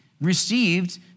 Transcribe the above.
received